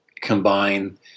combine